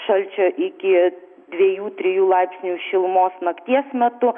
šalčio iki dviejų trijų laipsnių šilumos nakties metu